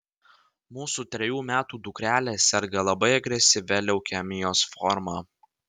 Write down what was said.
mūsų trejų metų dukrelė serga labai agresyvia leukemijos forma